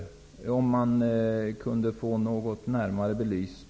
Kan jag få detta litet närmare belyst?